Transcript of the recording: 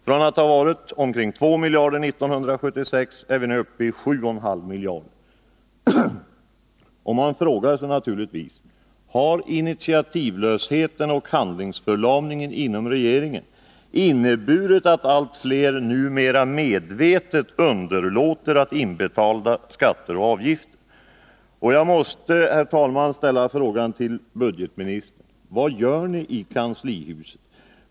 Från att ha varit omkring 2 miljarder 1976 är summan nu uppe i 7,5 miljarder kronor. Man frågar sig naturligtvis: Har initiativlösheten och handlingsförlamningen inom regeringen inneburit att allt flera numera medvetet underlåter att inbetala skatter och avgifter? Jag måste, herr talman, också fråga budgetministern: Vad gör ni i kanslihuset?